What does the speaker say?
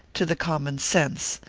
to the common sense,